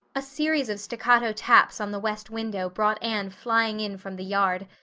a series of staccato taps on the west window brought anne flying in from the yard,